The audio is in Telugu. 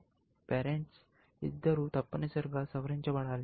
పేరెంట్స్ ఇద్దరూ తప్పనిసరిగా సవరించబడాలి